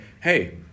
hey